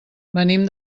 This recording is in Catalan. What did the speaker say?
venim